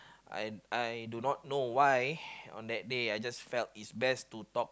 I I do not know why on that day I just felt is best to talk